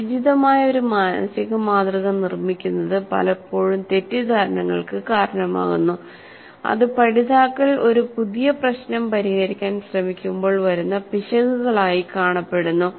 അനുചിതമായ ഒരു മാനസിക മാതൃക നിർമ്മിക്കുന്നത് പലപ്പോഴും തെറ്റിദ്ധാരണകൾക്ക് കാരണമാകുന്നു അത് പഠിതാക്കൾ ഒരു പുതിയ പ്രശ്നം പരിഹരിക്കാൻ ശ്രമിക്കുമ്പോൾ വരുന്ന പിശകുകളായി കാണപ്പെടുന്നു